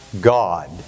God